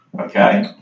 okay